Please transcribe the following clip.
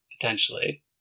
potentially